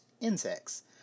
insects